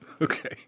Okay